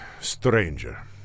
Stranger